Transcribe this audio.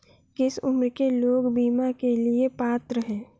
किस उम्र के लोग बीमा के लिए पात्र हैं?